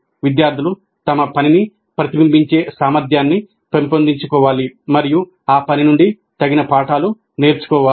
విద్యార్థులు తమ పనిని ప్రతిబింబించే సామర్థ్యాన్ని పెంపొందించుకోవాలి మరియు ఆ పని నుండి తగిన పాఠాలు నేర్చుకోవాలి